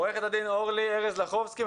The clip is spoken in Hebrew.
עורכת הדין אורלי ארז לחובסקי,